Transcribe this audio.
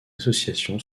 association